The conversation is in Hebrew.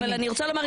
אבל אני רוצה לומר,